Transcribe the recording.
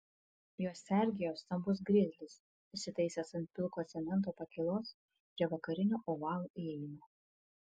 juos sergėjo stambus grizlis įsitaisęs ant pilko cemento pakylos prie vakarinio ovalo įėjimo